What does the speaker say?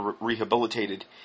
rehabilitated